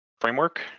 Framework